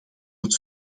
het